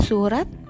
Surat